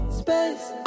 space